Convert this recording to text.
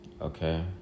Okay